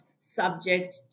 subject